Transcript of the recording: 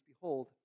behold